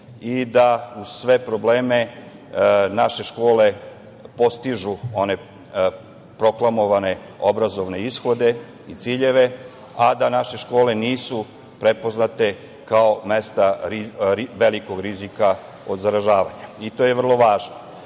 i da uz sve probleme naše škole postižu one proklamovane obrazovne ishode i ciljeve, a da naše škole nisu prepoznate kao mesta velikog rizika od zaražavanja. To je vrlo važno. Ono